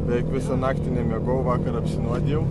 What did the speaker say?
beveik visą naktį nemiegojau vakar apsinuodijau